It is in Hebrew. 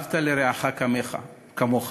ואהבת לרעך כמוך.